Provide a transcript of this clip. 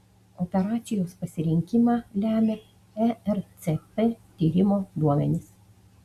operacijos pasirinkimą lemia ercp tyrimo duomenys